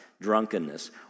drunkenness